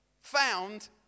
found